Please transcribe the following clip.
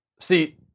See